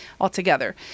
altogether